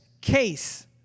case